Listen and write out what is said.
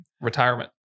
retirement